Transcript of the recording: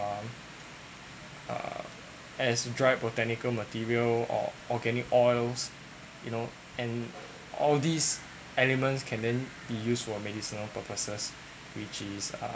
uh as dry botanical material or organic oils you know and all these elements can then be used for medicinal purposes which is uh